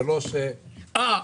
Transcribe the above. שלוש --- אה,